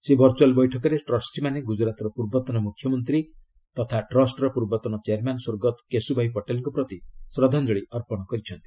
ସେହି ଭର୍ଚ୍ଚଆଲ ବୈଠକରେ ଟ୍ରଷ୍ଟିମାନେ ଗୁକ୍ତୁରାତର ପୂର୍ବତନ ମୁଖ୍ୟମନ୍ତ୍ରୀ ଟ୍ରଷ୍ଟର ପୂର୍ବତନ ଚେୟାରମ୍ୟାନ୍ ସ୍ୱର୍ଗତଃ କେଶୁଭାଇ ପଟେଲଙ୍କ ପ୍ରତି ଶ୍ରଦ୍ଧାଞ୍ଜଳି ଅର୍ପଣ କରିଛନ୍ତି